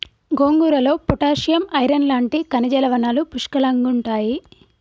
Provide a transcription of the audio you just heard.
గోంగూరలో potassium, iron లాంటి ఖనిజ లవణాలు పుష్కలంగుంటాయి